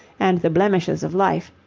and the blemishes of life,